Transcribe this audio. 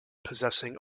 possessing